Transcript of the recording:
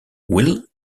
will